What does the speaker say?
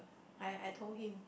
I I told him